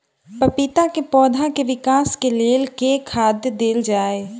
पपीता केँ पौधा केँ विकास केँ लेल केँ खाद देल जाए?